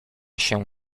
się